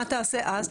מה תעשה אז?